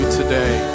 today